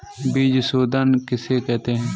बीज शोधन किसे कहते हैं?